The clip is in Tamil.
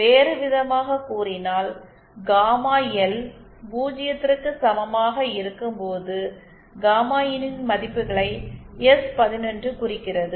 வேறுவிதமாகக் கூறினால் காமா எல் பூஜ்ஜியத்திற்கு சமமாக இருக்கும்போது காமா இன் மதிப்புகளை எஸ்11 குறிக்கிறது